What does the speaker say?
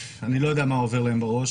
אני לא יודע מה היה עובר להם בראש.